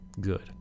good